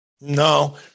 No